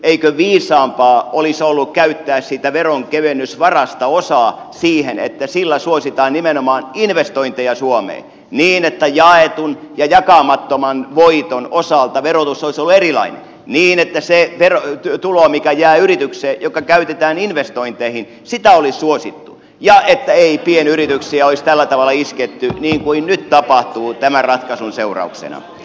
eikö viisaampaa olisi ollut käyttää siitä veronkevennysvarasta osa siihen että sillä suositaan nimenomaan investointeja suomeen niin että jaetun ja jakamattoman voiton osalta verotus olisi ollut erilainen niin että sitä tuloa joka jää yritykseen ja joka käytetään investointeihin olisi suosittu ja että ei pienyrityksiä olisi tällä tavalla isketty niin kuin nyt tapahtuu tämän ratkaisun seurauksena